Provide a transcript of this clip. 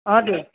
हजुर